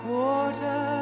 water